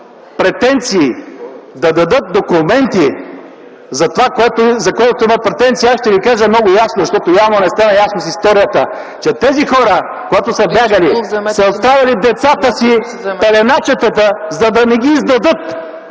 претенции, да дадат документи. За претенциите, аз ще ви кажа много ясно, защото явно не стана ясно от историята, че тези хора, когато са бягали, са оставяли децата си – пеленачетата, за да не ги издадат